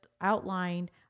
outlined